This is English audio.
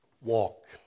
Walk